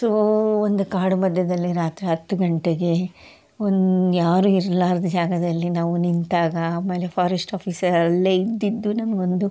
so ಒಂದು ಕಾಡು ಮಧ್ಯದಲ್ಲಿ ರಾತ್ರಿ ಹತ್ತು ಗಂಟೆಗೆ ಒಂದು ಯಾರು ಇರ್ಲಾರದ ಜಾಗದಲ್ಲಿ ನಾವು ನಿಂತಾಗ ಆಮೇಲೆ ಫಾರೆಸ್ಟ್ ಆಫೀಸರ್ ಅಲ್ಲೇ ಇದ್ದಿದ್ದು ನಮಗೊಂದು